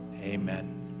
Amen